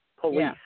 Police